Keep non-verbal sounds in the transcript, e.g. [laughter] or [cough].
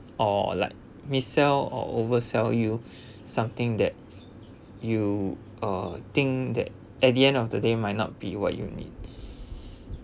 or like missell or oversell you [breath] something that you uh think that at the end of the day might not be what you need